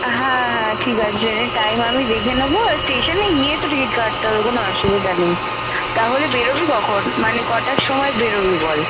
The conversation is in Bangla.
হ্যাঁ হ্যাঁ ঠিক আছে ট্রেনের টাইম আমি দেখে নেবো আর স্টেশনেই গিয়ে তো টিকিট কাটতে হবে কোনও অসুবিধা নেই তাহলে বেরোবি কখন মানে কটার সময় বেরোবি বল